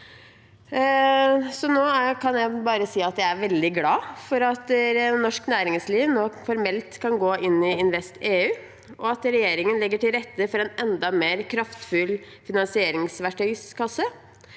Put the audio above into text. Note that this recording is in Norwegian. Nå kan jeg bare si at jeg er veldig glad for at norsk næringsliv nå formelt kan gå inn i InvestEU, og at regjeringen legger til rette for en enda mer kraftfull finansieringsverktøykasse.